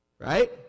Right